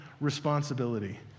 responsibility